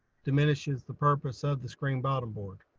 diminishes the purpose of the screen bottom board.